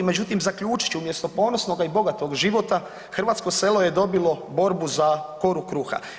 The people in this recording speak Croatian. Međutim, zaključit ću umjesto ponosnoga i bogatog života hrvatsko selo je dobilo borbu za koru kruha.